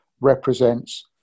represents